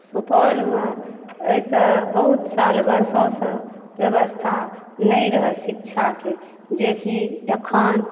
सुपौलमे एहिसँ बहुत साल वर्षोंसँ व्यवस्था नहि रहय शिक्षाके जेकि अखन